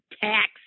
tax